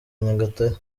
nyagatare